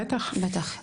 בטח.